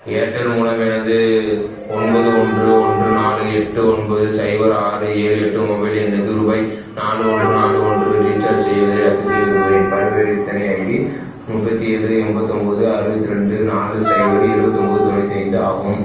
Airtel மூலம் எனது ஒன்பது ஒன்று ஒன்று நாலு எட்டு ஒன்பது சைபர் ஆறு ஏழு எட்டு மொபைல் எண்ணுக்கு ருபாய் நாலு ஒன்று நாலு ஒன்று ரீசார்ஜ் செய்வதை ரத்துச் செய்ய விரும்புகிறேன் பரிவர்த்தனை ஐடி முப்பதி ஏழு எம்பத்தொம்பது அறுபத்து ரெண்டு நாலு சைபர் எழுவத்து ஒம்பது தொண்ணூற்றி ஐந்து ஆகும்